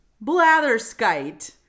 Blatherskite